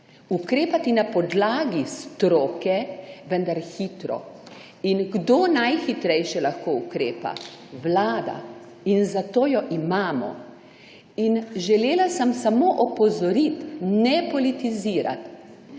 ukrepati na podlagi stroke, vendar hitro. In kdo lahko najhitreje ukrepa? Vlada. In zato jo imamo. In želela sem samo opozoriti, ne politizirati,